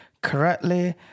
correctly